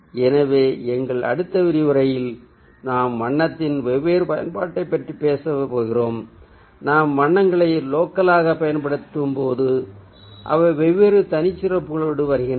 எனவே எங்கள் அடுத்த விரிவுரையில் நாம் வண்ணத்தின் வெவ்வேறு பயன்பாட்டைப் பற்றி பேசப் போகிறோம் நாம் வண்ணங்களை லோக்கலாக பயன்படுத்தும் போது அவை வேறுபட்ட தனிச்சிறப்போடு வருகின்றன